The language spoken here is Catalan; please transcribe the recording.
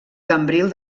cambril